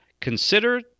Consider